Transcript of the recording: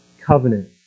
covenant